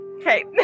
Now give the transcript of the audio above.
Okay